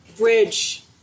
bridge